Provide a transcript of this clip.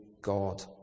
God